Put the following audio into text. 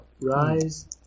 Rise